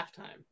halftime